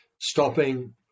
stopping